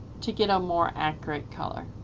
to get a more accurate color.